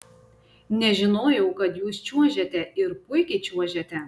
nežinojau kad jūs čiuožiate ir puikiai čiuožiate